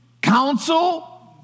counsel